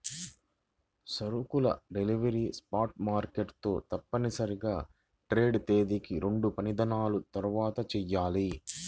సరుకుల delivery spot market తో తప్పనిసరిగా ట్రేడ్ తేదీకి రెండుపనిదినాల తర్వాతచెయ్యాలి